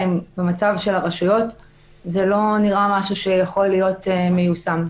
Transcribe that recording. במצב של הרשויות זה לא נראה משהו שיוכל להיות מיושם.